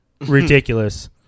ridiculous